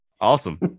Awesome